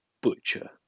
Butcher